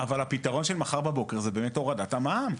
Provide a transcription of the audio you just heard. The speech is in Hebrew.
אבל הפתרון של מחר בבוקר זה באמת הורדת המע"מ.